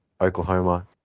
Oklahoma